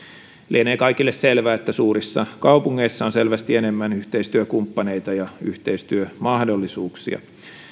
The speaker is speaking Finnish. lienee kaikille selvää että suurissa kaupungeissa on selvästi enemmän yhteistyökumppaneita ja yhteistyömahdollisuuksia